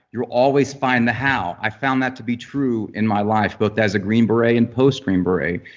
you always find the how. i found that to be true in my life, both as a green beret and post green beret.